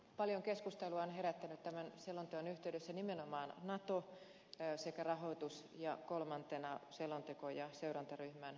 paljon keskustelua on herättänyt tämän selonteon yhteydessä nimenomaan nato sekä rahoitus ja kolmantena selonteko ja seurantaryhmän suhde